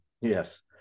Yes